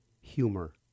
humor